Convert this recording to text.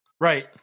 Right